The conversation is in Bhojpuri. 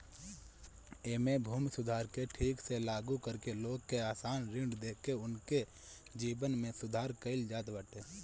एमे भूमि सुधार के ठीक से लागू करके लोग के आसान ऋण देके उनके जीवन में सुधार कईल जात बाटे